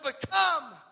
become